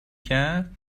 کرد